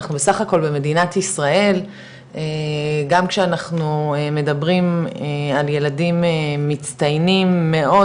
אנחנו סך הכל במדינת ישראל גם כשאנחנו מדברים על ילדים מצטיינים מאוד